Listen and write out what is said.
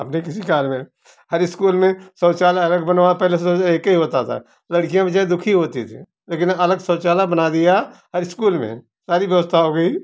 अपने किसी कार्य में हर स्कूल में शौचालय अलग बनवा पहले तो एक ही होता था लड़कियाँ बेचारी दुखी होती थी लेकिन अलग शौचालय बना दिया हर स्कूल में सारी व्यवस्था हो गई